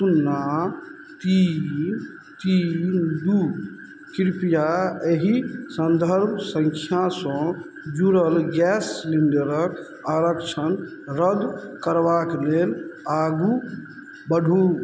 सुन्ना तीन तीन दू किरपिया अही सन्धर्भ सङ्ख्यासँ जुड़ल गैस सिलिण्डरके आरक्षण रद्द करबाक लेल आगू बढू